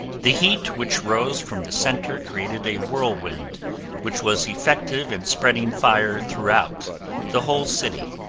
the heat which rose from the center created a whirlwind which was effective in spreading fire throughout the whole city.